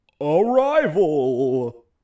Arrival